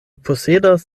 posedas